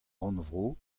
rannvro